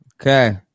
Okay